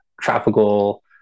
tropical